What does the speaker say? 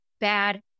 bad